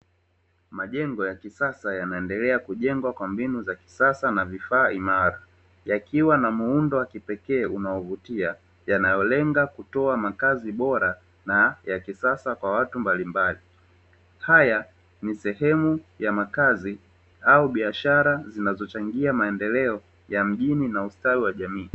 Majengo ya kisasa, yanaendelea kujengwa kwa mbinu za kisasa, na vifaa imara, yakiwa na muundo wa kipekee unaovutia, yanayolenga kutoa makazi bora na ya kisasa kwa watu mbalimbali, haya ni sehemu ya makazi au biashara zinazochangia maendeleo ya mjini na ustawi wa jamii.